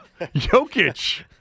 Jokic